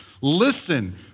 Listen